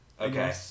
Okay